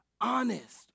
honest